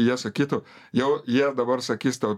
jie sakytų jau jie dabar sakys tau